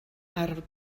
arfer